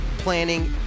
planning